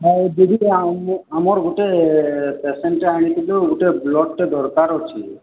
ଆଉ ଦିଦି ଆମର ଗୁଟେ ପେସେଣ୍ଟଟେ ଆନିଥିଲୁ ଗୁଟେ ବ୍ଲଡ଼୍ଟେ ଦରକାର ଅଛି